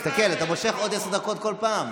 תסתכל, אתה מושך עוד עשר דקות כל פעם.